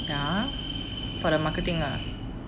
ya for the marketing lah